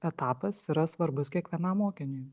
etapas yra svarbus kiekvienam mokiniui